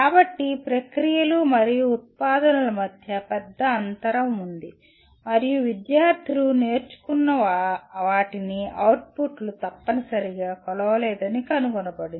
కాబట్టి ప్రక్రియలు మరియు ఉత్పాదనల మధ్య పెద్ద అంతరం ఉంది మరియు విద్యార్థులు నేర్చుకున్న వాటిని అవుట్పుట్లు తప్పనిసరిగా కొలవలేదని కనుగొనబడింది